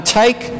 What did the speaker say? take